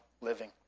living